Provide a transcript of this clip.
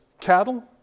cattle